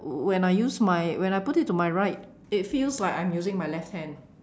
w~ when I use my when I put it to my right it feels like I'm using my left hand